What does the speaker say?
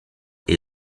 est